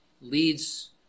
leads